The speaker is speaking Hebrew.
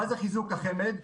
מה זה חיזוק החמ"ד?